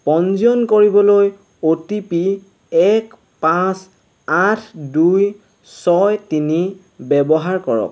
পঞ্জীয়ন কৰিবলৈ O T P এক পাঁচ আঠ দুই ছয় তিনি ব্যৱহাৰ কৰক